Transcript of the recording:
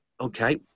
okay